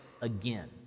again